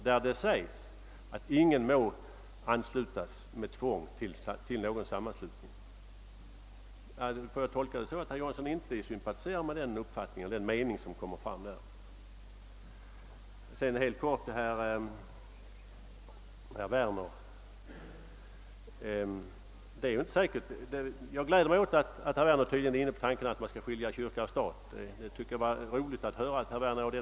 Där sägs det nämligen att ingen må anslutas med tvång till någon sammanslutning. Får jag tolka det anförda så, att herr Johansson inte sympatiserar med den mening som kommer fram i denna artikel? Sedan några ord till herr Werner. Jag gläder mig åt att herr Werner tydligen nu är inne på tanken att skilja kyrka och stat.